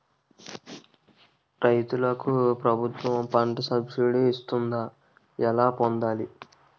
రైతులకు ప్రభుత్వం పంట సబ్సిడీ ఇస్తుందా? ఎలా పొందాలి?